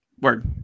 Word